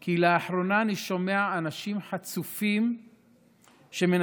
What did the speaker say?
כי לאחרונה אני שומע אנשים חצופים שמנסים